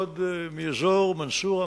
עוד מאזור מנסורה,